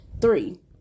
Three